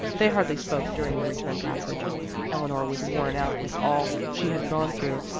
they hardly spoke during the return passage eleanor was worn out with all she had gone through,